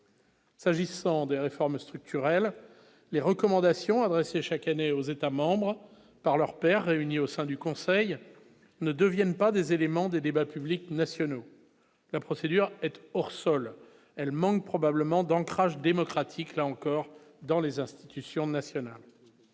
S'agissant des réformes structurelles, les recommandations adressées chaque année aux États-membres par leurs pairs, réunis au sein du Conseil ne deviennent pas des éléments des débats publics nationaux la procédure être hors sol elle manque probablement d'ancrage démocratique là encore dans les institutions nationales,